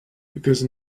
because